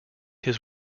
his